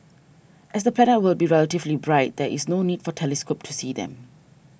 as the planets will be relatively bright there is no need for telescope to see them